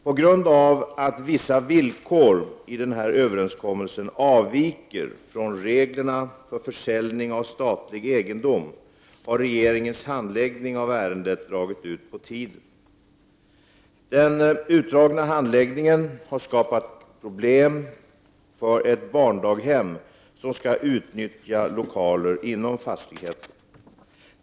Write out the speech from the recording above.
På grund av att vissa villkor i den här överenskommelsen avviker från reglerna för försäljning av statlig egendom har regeringens handläggning av ärendet dragit ut på tiden. Den utdragna handläggningen har skapat problem för ett barndaghem som skall utnyttja lokaler inom fastigheten.